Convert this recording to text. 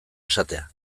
esatea